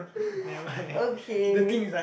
okay